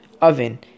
oven